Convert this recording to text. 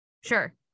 sure